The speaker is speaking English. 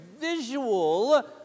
visual